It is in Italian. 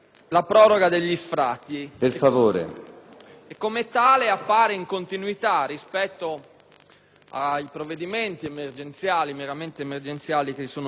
e come tale appare in continuità rispetto ai provvedimenti meramente emergenziali che si sono succeduti in questi anni.